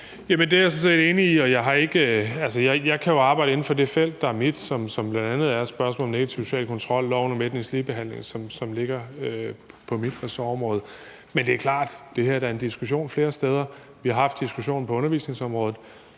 Det er jeg sådan set enig i, og jeg kan jo arbejde inden for det felt, der er mit, som bl.a. er spørgsmålet om negativ social kontrol og loven om etnisk ligebehandling, som ligger på mit ressortområde. Men det er da også klart, at det her er en diskussion, der er flere steder. Vi har haft diskussionen på undervisningsområdet,